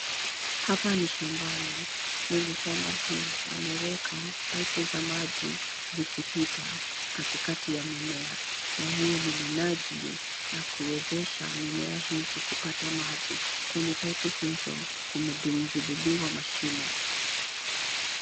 Hapa ni shambani mwenye shamba hii ameweka paipu za maji zikipita katikati ya mimea na hio ni minajili ya kuwezesha mimea hizi kupata maji. Kwenye paipu hizo kumedungiliiwa mashimo.